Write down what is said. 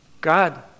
God